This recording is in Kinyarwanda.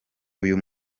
uyu